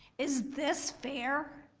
is this fair?